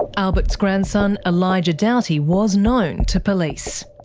albert's grandson elijah doughty was known to police.